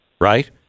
right